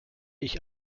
ich